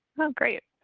oh, great.